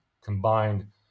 combined